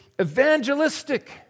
evangelistic